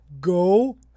go